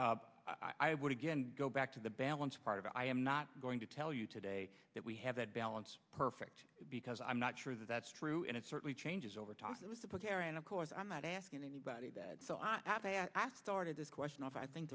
of it i would again go back to the balanced part of it i am not going to tell you today that we have that balance perfect because i'm not sure that that's true and it certainly changes over talk it was supposed to and of course i'm not asking anybody that so i started this question off i think